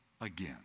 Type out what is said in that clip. again